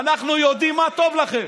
אנחנו יודעים מה טוב לכם.